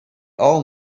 all